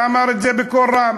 ואמר את זה בקול רם,